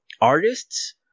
artists